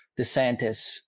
DeSantis